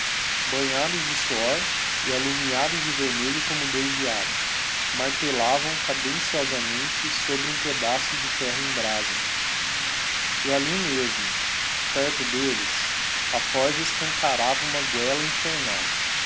banhados de suor e alumiados de vermelho como dois diabos martellavam cadenciosamente sobre um pedaço de ferro em brasa e ali mesmo perto delles a forja escancarava uma guela infernal